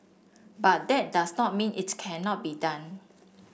but that does not mean it cannot be done